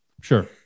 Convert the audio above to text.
sure